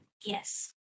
Yes